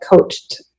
coached